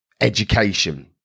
education